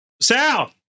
Sal